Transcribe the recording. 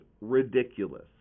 ridiculous